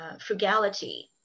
frugality